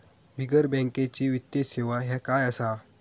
बिगर बँकेची वित्तीय सेवा ह्या काय असा?